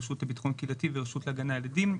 הרשות לביטחון קהילתי והרשות להגנה על עדים.